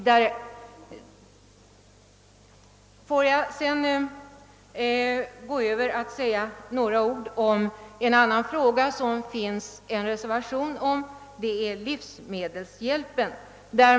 Jag vill sedan övergå till att säga några ord i en annan fråga som behandlas i en av reservationerna, nämligen livsmedelshjälpen.